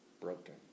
broken